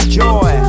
joy